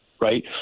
right